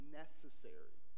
necessary